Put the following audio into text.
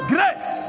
Grace